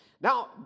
Now